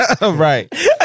Right